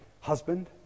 husband